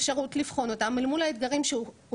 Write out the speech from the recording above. יש אפשרות לבחון אותם אל מול האתגרים שהוצגו